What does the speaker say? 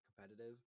competitive